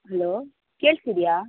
hello ಕೇಳಿಸ್ತಿದ್ಯಾ